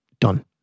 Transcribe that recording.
done